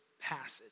passage